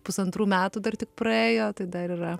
pusantrų metų dar tik praėjo tai dar yra